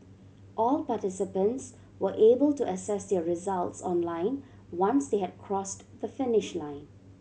all participants were able to access their results online once they had crossed the finish line